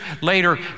later